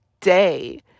day